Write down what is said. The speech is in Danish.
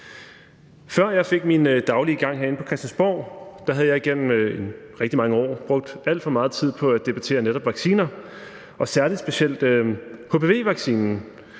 Før jeg fik min daglige gang herinde på Christiansborg, havde jeg igennem rigtig mange år brugt alt for meget tid på at debattere netop vacciner, særlig hpv-vaccinen,